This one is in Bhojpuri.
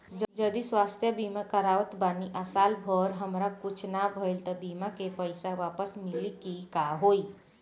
जदि स्वास्थ्य बीमा करावत बानी आ साल भर हमरा कुछ ना भइल त बीमा के पईसा वापस मिली की का होई?